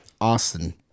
Austin